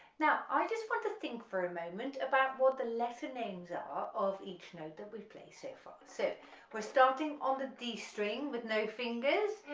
now, i just want to think for a moment about what the letter names are ah of each note that we play so far, so we're starting on the d string with no fingers,